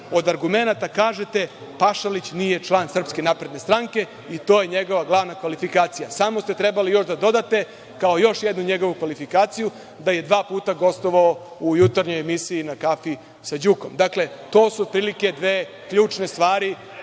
od argumenata kažete - Pašalić nije član SNS i to je njegova glavna kvalifikacija. Samo ste trebali još da dodate, kao još jednu njegovu kvalifikaciju da je dva puta gostovao u jutarnjoj emisiji na kafi sa Đukom. Dakle, to su od prilike dve ključne stvari